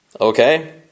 okay